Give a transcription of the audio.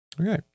Okay